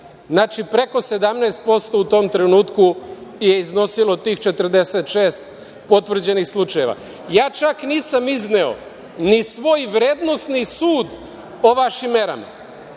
Znači, preko 17% u tom trenutku je iznosilo tih 46 potvrđenih slučajeva. Ja čak nisam izneo ni svoj vrednosni sud o vašim merama,